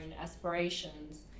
aspirations